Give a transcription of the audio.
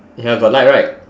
ya got light right